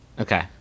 Okay